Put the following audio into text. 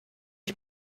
ich